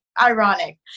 ironic